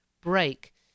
break